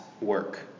work